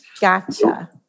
Gotcha